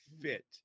fit